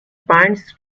bind